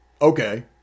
Okay